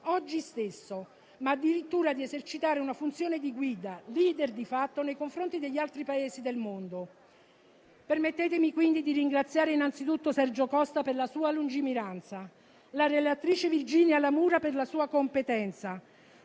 oggi stesso e addirittura di esercitare una funzioni di guida, *leader* di fatto, nei confronti degli altri Paesi del mondo. Permettetemi quindi di ringraziare anzitutto Sergio Costa per la sua lungimiranza, la relatrice Virginia La Mura per la sua competenza